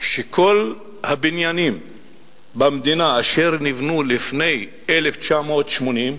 שכל הבניינים במדינה שנבנו לפני 1980,